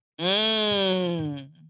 Mmm